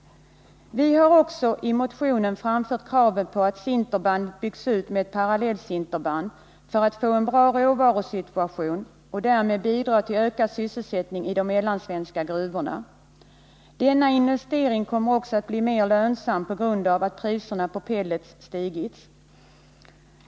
Vi har också i motionen framfört kravet på att sinterbandet byggs ut med ett parallellsinterband för att få en bra råvarusituation och därmed bidra till ökad sysselsättning i de mellansvenska gruvorna. Denna investering kommer också att bli mer lönsam på grund av att priserna på pellets stigit.